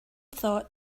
thought